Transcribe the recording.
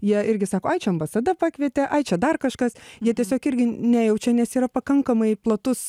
jie irgi sako ai čia ambasada pakvietė ai čia dar kažkas jie tiesiog irgi nejaučia nes yra pakankamai platus